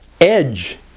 edge